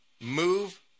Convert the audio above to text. move